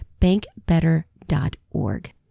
bankbetter.org